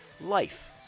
life